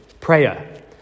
prayer